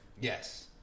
Yes